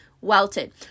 welted